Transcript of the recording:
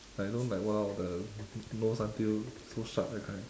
like don't like !walao! the nose until so sharp that kind